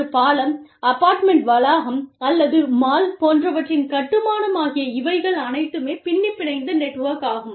ஒரு பாலம் அபார்ட்மெண்ட் வளாகம் அல்லது மால் போன்றவற்றின் கட்டுமானம் ஆகிய இவைகள் அனைத்துமே பின்னிப்பிணைந்த நெட்வொர்க் ஆகும்